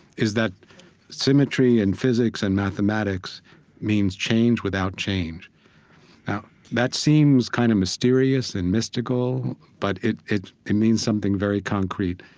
is that symmetry in physics and mathematics means change without change now, that seems kind of mysterious and mystical, but it it means something very concrete.